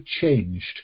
changed